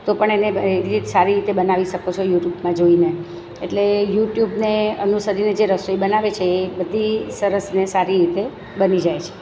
તો પણ એને એવી સારી રીતે બનાવી શકો છો યુટ્યુબમાં જોઈને એટલે યુટ્યુબને અનુસરીને જે રસોઈ બનાવે છે એ બધી સરસ ને સારી રીતે બની જાય છે